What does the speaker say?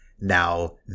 Now